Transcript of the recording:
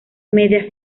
media